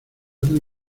hacen